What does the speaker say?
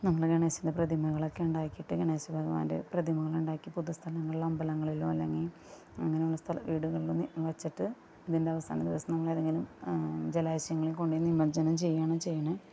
നമ്മള് ഗണേശന്റെ പ്രതിമകളൊക്കെ ഉണ്ടാക്കിയിട്ട് ഗണേശ ഭഗവാന്റെ പ്രതിമകൾ ഉണ്ടാക്കി പൊതുസ്ഥലങ്ങളിലോ അമ്പലങ്ങളിലോ അല്ലെങ്കിൽ അങ്ങനെയുള്ള സ്ഥല വീടുകളിലും വെച്ചിട്ട് ഇതിന്റ അവസാന ദിവസം നമ്മളേതെങ്കിലും ജലാശയങ്ങളില് കൊണ്ടുപോയി നിമഞ്ജനം ചെയ്യാണ് ചെയ്യുന്നത്